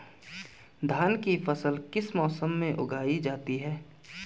धान की फसल किस मौसम में उगाई जाती है?